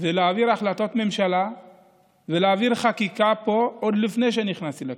ולהעביר החלטות ממשלה ולהעביר פה חקיקה עוד לפני שנכנסתי לכנסת.